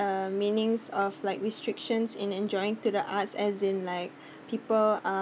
uh meanings of like restrictions in enjoying to the arts as in like people uh